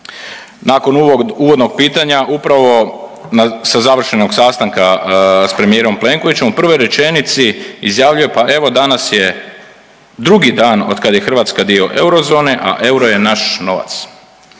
ovog uvodnog pitanja upravo sa završenog sastanka sa premijerom Plenkovićem u prvoj rečenici izjavljuje, pa evo danas je drugi dan od kad je Hrvatska dio eurozone, a euro je naš novac.